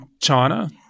China